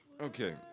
Okay